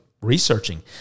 researching